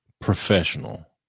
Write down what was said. professional